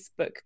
Facebook